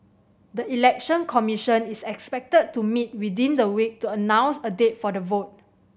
the Election Commission is expected to meet within the week to announce a date for the vote